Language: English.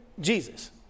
Jesus